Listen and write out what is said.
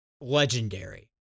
legendary